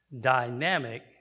Dynamic